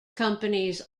companies